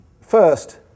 First